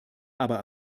aber